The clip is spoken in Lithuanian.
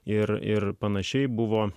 ir ir panašiai buvo